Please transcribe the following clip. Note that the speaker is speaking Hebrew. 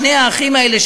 שני האחים האלה,